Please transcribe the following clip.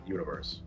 Universe